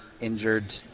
injured